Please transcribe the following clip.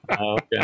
okay